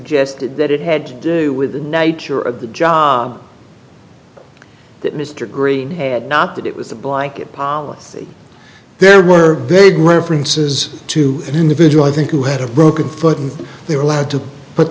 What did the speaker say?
d that it had to do with the nature of the job that mr green not that it was a blanket policy there were big references to an individual i think who had a broken foot and they were allowed to put